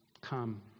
come